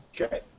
Okay